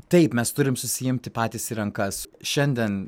taip mes turim susiimti patys į rankas šiandien